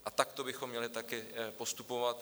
A takto bychom měli taky postupovat.